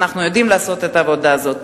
אנחנו יודעים לעשות את העבודה הזאת.